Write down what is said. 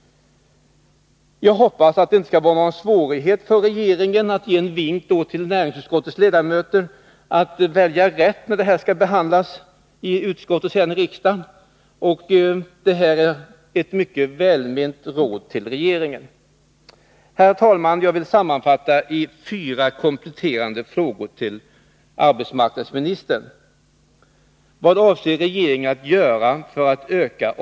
Jag hoppas att det inte skall vara någon svårighet för regeringen att ge en vink till näringsutskottets ledamöter att välja rätt när frågan skall behandlas i utskottet och sedan i riksdagen. Detta är ett mycket välment råd till regeringen. Herr talman! Jag vill sammanfatta i fyra kompletterande frågor till arbetsmarknadsministern.